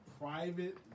private